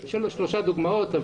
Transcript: יש לנו שלוש דוגמאות.